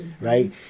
Right